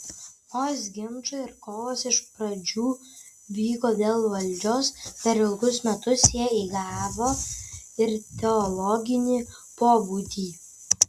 nors ginčai ir kovos iš pradžių vyko dėl valdžios per ilgus metus jie įgavo ir teologinį pobūdį